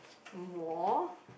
more